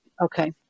Okay